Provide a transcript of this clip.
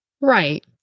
Right